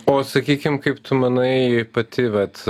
o sakykim kaip tu manai pati vat